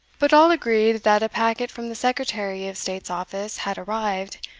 but all agreed that a packet from the secretary of state's office, had arrived,